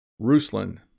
Ruslan